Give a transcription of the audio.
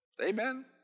Amen